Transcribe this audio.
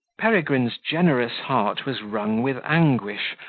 peregrine's generous heart was wrung with anguish,